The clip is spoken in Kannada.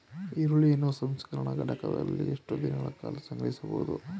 ಈರುಳ್ಳಿಯನ್ನು ಸಂಸ್ಕರಣಾ ಘಟಕಗಳಲ್ಲಿ ಎಷ್ಟು ದಿನಗಳ ಕಾಲ ಸಂಗ್ರಹಿಸಬಹುದು?